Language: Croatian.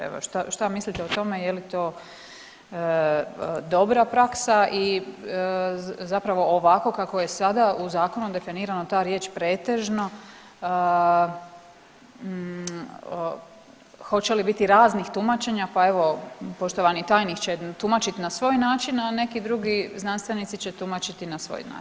Evo šta, šta mislite o tome, je li to dobra praksa i zapravo ovako kako je sada u zakonu definirano ta riječ pretežno hoće li biti raznih tumačenja, pa evo poštovani tajnik će tumačit na svoj način, a neki drugi znanstvenici će tumačiti na svoj način.